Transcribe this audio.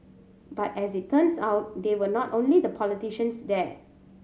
but as it turns out they were not only the politicians there